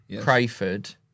Crayford